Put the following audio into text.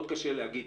מאוד קשה להגיד,